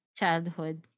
childhood